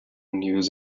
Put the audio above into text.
news